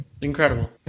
incredible